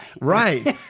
Right